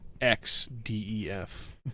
X-D-E-F